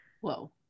Whoa